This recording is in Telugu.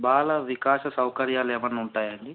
బాల వికాస సౌకర్యాలు ఏమైనా ఉంటాయండి